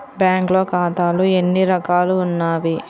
బ్యాంక్లో ఖాతాలు ఎన్ని రకాలు ఉన్నావి?